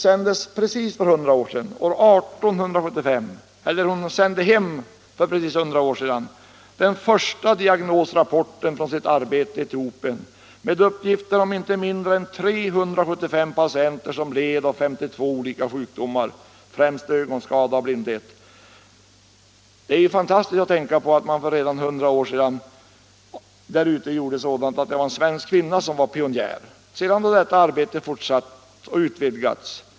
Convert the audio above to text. År 1875 — precis för 100 år sedan — sände hon hem den första diagnosrapporten från sitt arbete i Etiopien med uppgifter om inte mindre än 375 patienter som led av 52 olika sjukdomar, främst ögonskada och blindhet. Det är fantastiskt att tänka på att en svensk kvinna redan för 100 år sedan var pionjär där borta. Det arbetet har sedan fortsatt och utvidgats.